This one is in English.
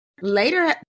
later